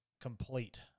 Complete